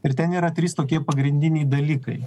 ir ten yra trys tokie pagrindiniai dalykai